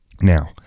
Now